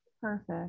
Perfect